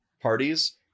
parties